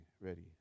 ready